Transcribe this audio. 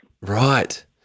Right